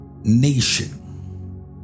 nation